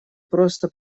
просто